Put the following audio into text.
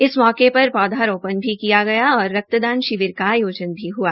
इस मौके पर पौधारोपण भी किया गया और रक्तदान शिविर का आयोजन भी हुआ